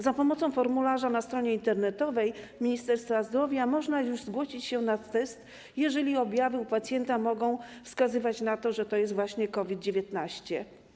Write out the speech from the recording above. Za pomocą formularza na stronie internetowej Ministerstwa Zdrowia można już zgłosić się na test, jeżeli objawy u pacjenta mogą wskazywać na to, że to jest właśnie COVID-19.